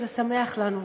איזה שמח לנו.